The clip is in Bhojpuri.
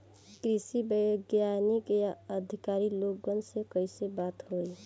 कृषि वैज्ञानिक या अधिकारी लोगन से कैसे बात होई?